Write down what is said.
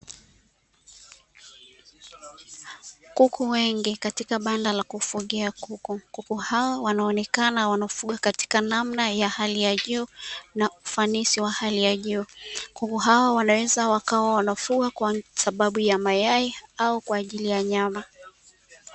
Kuku wengi katika banda la kufugia kuku, kuku hao wanaonekana wanafugwa katika namna ya hali ya juu na ufanisi wa hali ya juu, kuku hawa wanaweza wakawa wanafugwa kwa sababu ya mayai au kwa ajili ya nyama.